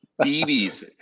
BBs